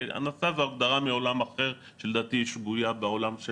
כי נשא היא הגדרה מעולם אחר שלדעתי היא שגויה בעולם של